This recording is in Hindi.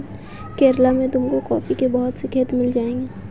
केरला में तुमको कॉफी के बहुत से खेत मिल जाएंगे